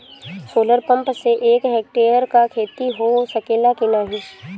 Solar pump से एक hectare क खेती हो सकेला की नाहीं?